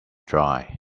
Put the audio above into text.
dry